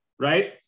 right